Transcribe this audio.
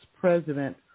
President